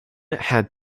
had